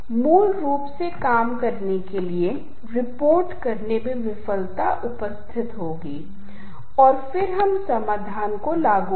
अब मैं जो शुरू करूंगा वह पंडित हरिप्रसाद चौरसिया का एक ट्रैक है जहां आप पाएंगे कि दो अलग अलग जगहों पर जिस तरह की भावना व्यक्त की गई है वह बदल जाएगी